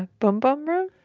boom boom room?